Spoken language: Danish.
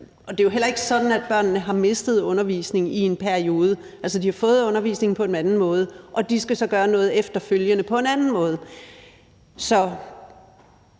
Det er jo heller ikke sådan, at børnene har mistet undervisning i en periode. Altså, de har fået undervisning på en ny måde, og de skal så gøre noget efterfølgende på en anden måde.